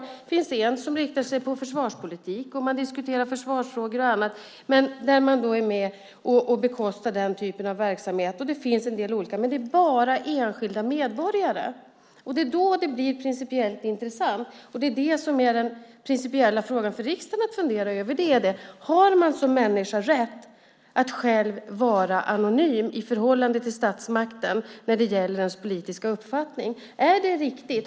Det finns en som inriktar sig på försvarspolitik där man diskuterar försvarsfrågor och också är med och bekostar den typen av verksamhet. Det finns också andra. Men det handlar bara om enskilda medborgare. Det som är principiellt intressant, den principiella frågan för riksdagen att fundera över, är om man som människa har rätt att vara anonym i förhållande till statsmakten när det gäller ens politiska uppfattning.